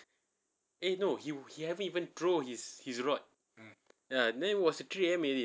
eh no he he haven't even throw his his rod ya then was three A_M already